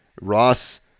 Ross